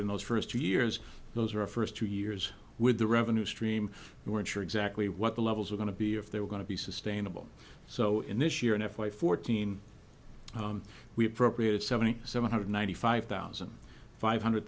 in those first two years those are our first two years with the revenue stream we weren't sure exactly what the levels were going to be if they were going to be sustainable so in this year in f y fourteen we appropriated seventy seven hundred ninety five thousand five hundred